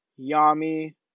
Yami